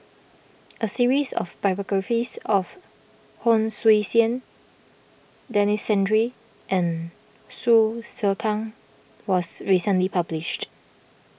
a series of biographies of Hon Sui Sen Denis Santry and Hsu Tse Kwang was recently published